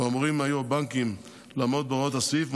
שבו היו אמורים הבנקים לעמוד בהוראות הסעיף,